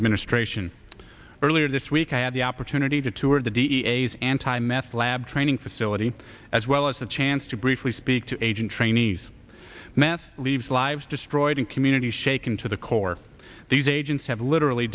administration earlier this week i had the opportunity to tour the d e a s anti meth lab training facility as well as the chance to briefly speak to agent trainees math leaves lives destroyed and community shaken to the core these agents have literally